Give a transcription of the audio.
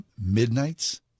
Midnights